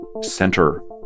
center